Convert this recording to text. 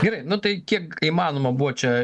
gerai nu tai kiek įmanoma buvo čia